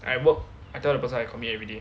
I work I tell the person I commit everyday